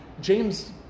james